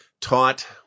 taught